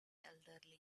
elderly